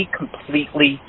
completely